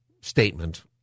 statement